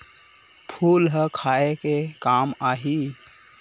फूल ह खाये के काम आही?